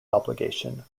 obligation